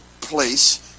place